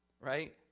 Right